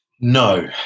No